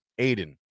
Aiden